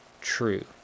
true